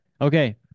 okay